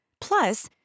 Plus